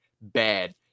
bad